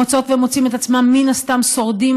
מוצאות ומוצאים את עצמם מן הסתם שורדים